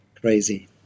crazy